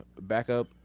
backup